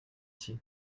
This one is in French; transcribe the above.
ici